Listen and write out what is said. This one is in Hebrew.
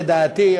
לדעתי,